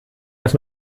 das